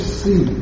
see